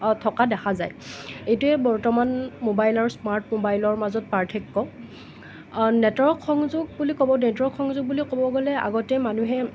থকা দেখা যায় এইটোৱেই বৰ্তমান মোবাইল আৰু স্মাৰ্ট মোবাইলৰ মাজত পাৰ্থক্য নেটৰ সংযোগ বুলি ক'ব নেটৰ সংযোগ বুলি ক'ব গ'লে আগতে মানুহে